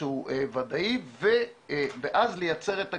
שהוא ודאי, ואז לייצר את הכלים.